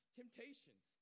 temptations